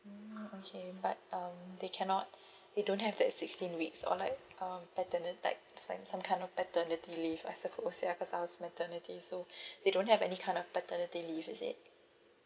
mm okay but um they cannot they don't have that sixteen weeks or like um paternity type like some kind of paternity leave I suppose ya cause I was maternity so they don't have any kind of paternity leave is it